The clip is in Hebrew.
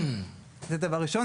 זה דבר ראשון.